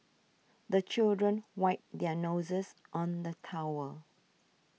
the children wipe their noses on the towel